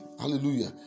Hallelujah